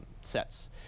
sets